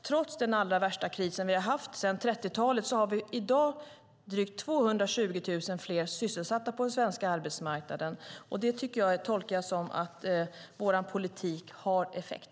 Trots den allra värsta krisen som vi har haft sedan 30-talet har vi i dag drygt 220 000 fler sysselsatta på den svenska arbetsmarknaden. Det tolkar jag så att vår politik har effekt.